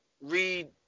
read